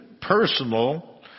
personal